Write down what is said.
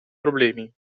problemi